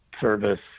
service